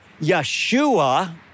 Yeshua